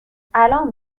الان